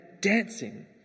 dancing